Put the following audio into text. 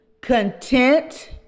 content